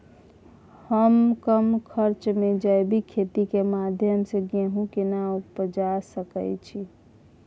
हम कम खर्च में जैविक खेती के माध्यम से गेहूं केना उपजा सकेत छी?